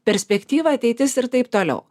perspektyva ateitis ir taip toliau